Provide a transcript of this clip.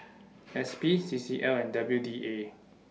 S P C C L and W D A